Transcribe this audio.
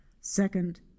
second